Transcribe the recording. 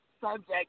subject